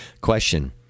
Question